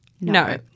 No